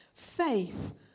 Faith